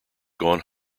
gone